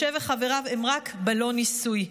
משה וחבריו הם רק בלון ניסוי,